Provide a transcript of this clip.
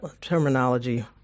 terminology